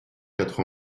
quatre